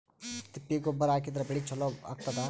ತಿಪ್ಪಿ ಗೊಬ್ಬರ ಹಾಕಿದ್ರ ಬೆಳಿ ಚಲೋ ಆಗತದ?